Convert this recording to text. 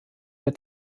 der